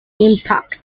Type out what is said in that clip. impact